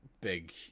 big